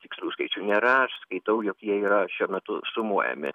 tikslių skaičių nėra aš skaitau jog jie yra šiuo metu sumuojami